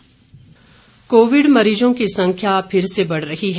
Covid संदेश Covid मरीजों की संख्या फिर से बढ़ रही है